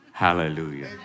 Hallelujah